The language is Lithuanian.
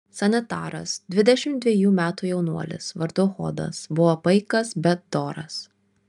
sanitaras dvidešimt dvejų metų jaunuolis vardu hodas buvo paikas bet doras